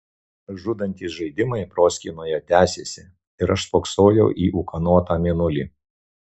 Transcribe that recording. žudantys žaidimai proskynoje tesėsi ir aš spoksojau į ūkanotą mėnulį